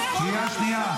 תרגיע.